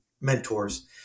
mentors